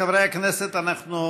חברי הכנסת, אנחנו